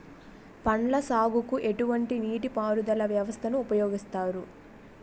పండ్ల సాగుకు ఎటువంటి నీటి పారుదల వ్యవస్థను ఉపయోగిస్తారు?